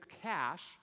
cash